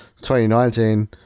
2019